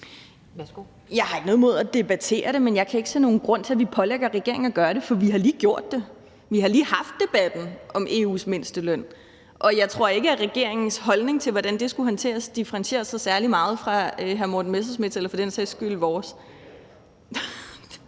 Jeg har ikke noget mod at debattere det, men jeg kan ikke se nogen grund til, at vi pålægger regeringen at gøre det, for vi har lige gjort det. Vi har lige haft debatten om EU's mindsteløn, og jeg tror ikke, at regeringens holdning til, hvordan det skulle håndteres, differentierer sig særlig meget fra hr. Morten Messerschmidts eller for den sags skyld vores.